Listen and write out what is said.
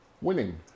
Winning